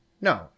No